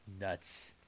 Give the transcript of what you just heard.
nuts